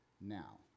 now